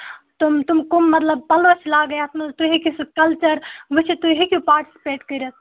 تِم تِم کُم مطلب پَلو چھِ لاگٕنۍ اَتھ منٛز تُہۍ ہیٚکِو سُہ کَلچر وُچھِتھ تُہۍ ہیٚکِو پاٹِسٕپیٹ کٔرِتھ